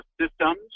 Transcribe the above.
systems